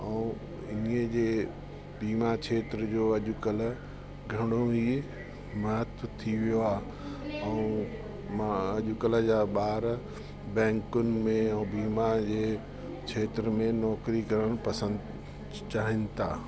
ऐं इन्हीअ जे बीमा खेत्र जो अॼकल्ह ॾाढो ई महत्व थी वियो आहे ऐं मां अॼकल्ह जा ॿार बैकुन में ऐं बीमा जे खेत्र में नौकिरी करण पसंदि चाहिन था